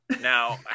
Now